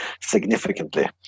significantly